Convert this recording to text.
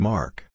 Mark